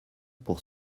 pour